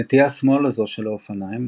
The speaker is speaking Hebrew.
נטייה שמאלה זו של האופניים,